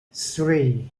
three